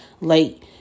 late